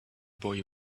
boy